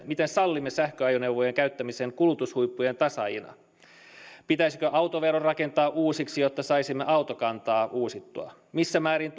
miten sallimme sähköajoneuvojen käyttämisen kulutushuippujen tasaajina pitäisikö autovero rakentaa uusiksi jotta saisimme autokantaa uusittua missä määrin